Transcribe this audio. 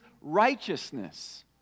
righteousness